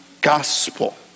gospel